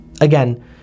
again